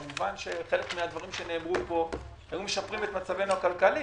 כמובן שחלק מן הדברים שנאמרו פה היו משפרים את מצבנו הכלכלי